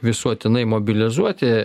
visuotinai mobilizuoti